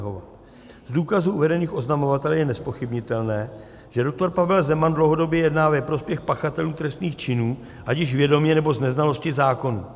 Z důkazů uvedených oznamovateli je nezpochybnitelné, že JUDr. Pavel Zeman dlouhodobě jedná ve prospěch pachatelů trestných činů, ať již vědomě, nebo z neznalosti zákonů.